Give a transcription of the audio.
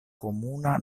komuna